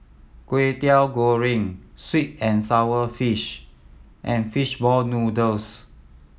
Kway Teow Goreng sweet and sour fish and fish ball noodles